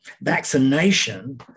vaccination